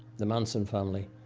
the manson family.